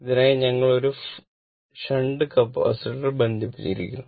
ഇതിനായി ഞങ്ങൾ ഒരു ഷണ്ട് കപ്പാസിറ്റർ ബന്ധിപ്പിച്ചിരിക്കുന്നു